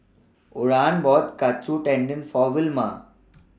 Oran bought Katsu Tendon For Wilma